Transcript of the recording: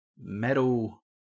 metal